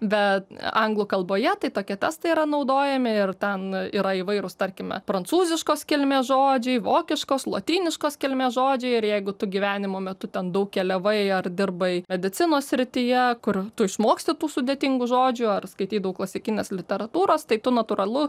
bet anglų kalboje tai tokie testai yra naudojami ir ten yra įvairūs tarkime prancūziškos kilmės žodžiai vokiškos lotyniškos kilmės žodžiai ir jeigu tu gyvenimo metu ten daug keliavai ar dirbai medicinos srityje kur tu išmoksti tų sudėtingų žodžių ar skaitei daug klasikinės literatūros tai tu natūralu